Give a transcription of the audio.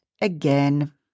again